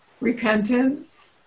repentance